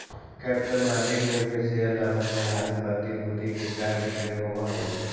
capital market में भी share लाभांश आधारित प्रतिभूति के क्रय विक्रय होवऽ हई